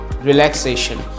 relaxation